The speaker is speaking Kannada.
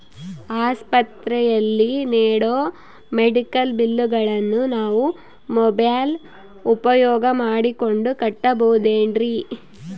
ಆಸ್ಪತ್ರೆಯಲ್ಲಿ ನೇಡೋ ಮೆಡಿಕಲ್ ಬಿಲ್ಲುಗಳನ್ನು ನಾವು ಮೋಬ್ಯೆಲ್ ಉಪಯೋಗ ಮಾಡಿಕೊಂಡು ಕಟ್ಟಬಹುದೇನ್ರಿ?